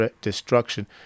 destruction